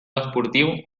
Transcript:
esportiu